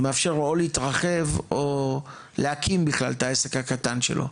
זה מאפשר לו או להתרחב או להקים בכלל את העסק הקטן שלו.